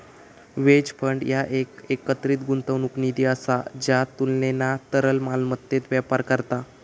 hedge fund ह्या एक एकत्रित गुंतवणूक निधी असा ज्या तुलनेना तरल मालमत्तेत व्यापार करता